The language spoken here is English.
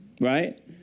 Right